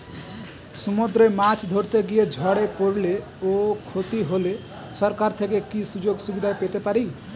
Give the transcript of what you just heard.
সমুদ্রে মাছ ধরতে গিয়ে ঝড়ে পরলে ও ক্ষতি হলে সরকার থেকে কি সুযোগ সুবিধা পেতে পারি?